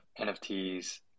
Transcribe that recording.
nfts